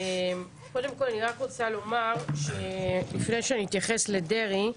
לפני שאני אתייחס לדרעי,